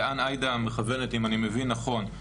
לאן עאידה מכוונת אם אני מבין נכון.